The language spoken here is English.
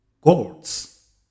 gods